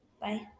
Bye